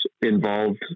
involved